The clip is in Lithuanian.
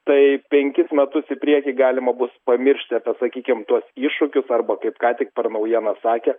tai penkis metus į priekį galima bus pamiršt apie sakykim tuos iššūkius arba kaip ką tik per naujienas sakė